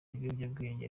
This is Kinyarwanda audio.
ibiyobyabwenge